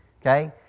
Okay